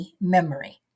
memory